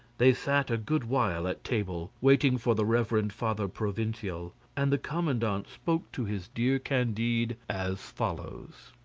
they sat a good while at table, waiting for the reverend father provincial, and the commandant spoke to his dear candide as follows.